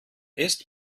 ist